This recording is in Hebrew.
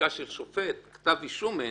פסיקה של שופט, כתב אישום אין